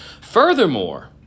Furthermore